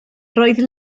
roedd